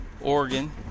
Oregon